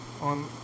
on